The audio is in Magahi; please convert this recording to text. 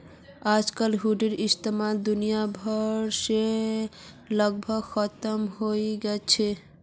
आजकल हुंडीर इस्तेमाल दुनिया भर से लगभग खत्मे हय चुकील छ